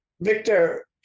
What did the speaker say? Victor